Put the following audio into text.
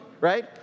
right